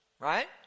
Right